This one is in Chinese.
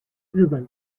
日本